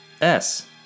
S